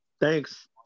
thanks